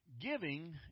giving